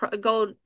go